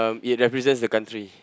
um it represents the country